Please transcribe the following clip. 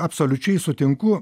absoliučiai sutinku